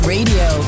Radio